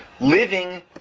living